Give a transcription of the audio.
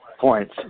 points